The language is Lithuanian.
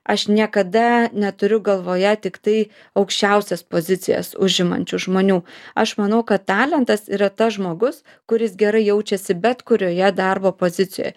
aš niekada neturiu galvoje tiktai aukščiausias pozicijas užimančių žmonių aš manau kad talentas yra tas žmogus kuris gerai jaučiasi bet kurioje darbo pozicijoje